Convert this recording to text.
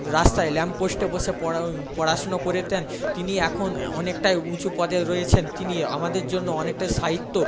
রাস্তায় ল্যাম্প পোস্টে বসে পড়া পড়াশুনো করেতেন তিনি এখন অনেকটাই উঁচু পদে রয়েছেন তিনি আমাদের জন্য অনেকটাই সাহিত্য